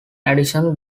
addition